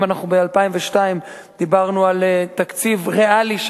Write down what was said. אם ב-2002 דיברנו על תקציב ריאלי,